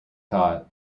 caught